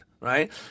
right